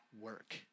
work